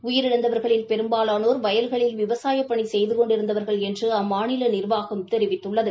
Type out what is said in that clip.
உயிரிழந்தவர்களில் பெரும்பாவானோர் வயல்களில் விவசாய பணி செய்து கொண்டிருந்தவர்கள் என்று அம்மாநில நிர்வாகம் தெரிவித்துள்ளது